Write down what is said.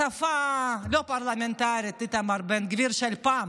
בשפה לא פרלמנטרית, איתמר בן גביר של פעם.